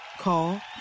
Call